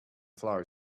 flower